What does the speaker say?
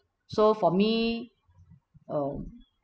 so for me um